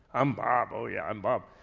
i'm bob, oh yeah i'm bob.